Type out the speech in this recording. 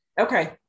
Okay